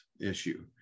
issue